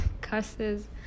curses